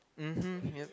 mmhmm yup